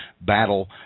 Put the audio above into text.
battle